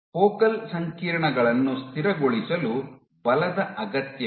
focal ಸಂಕೀರ್ಣಗಳನ್ನು ಸ್ಥಿರಗೊಳಿಸಲು ಬಲದ ಅಗತ್ಯವಿದೆ